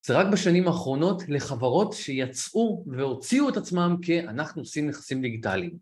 זה רק בשנים האחרונות לחברות שיצאו והוציאו את עצמם כאנחנו עושים נכסים דיגיטליים.